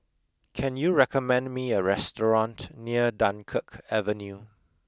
can you recommend me a restaurant near Dunkirk Avenue